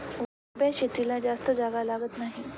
उभ्या शेतीला जास्त जागा लागत नाही